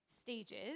stages